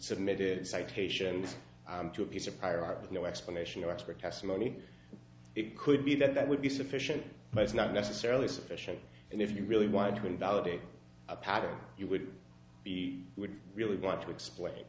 submitted citations to a piece of prior art with no explanation or expert testimony it could be that that would be sufficient but it's not necessarily sufficient and if you really wanted to invalidate a patent you would be would really want to explain